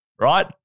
right